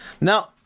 now